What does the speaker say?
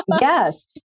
Yes